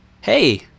hey